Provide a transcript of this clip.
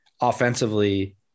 offensively